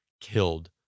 killed